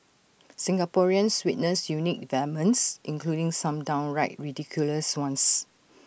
Singaporeans witnessed unique developments including some downright ridiculous ones